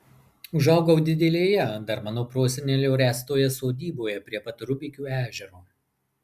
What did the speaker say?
užaugau didelėje dar mano prosenelio ręstoje sodyboje prie pat rubikių ežero